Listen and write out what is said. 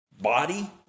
body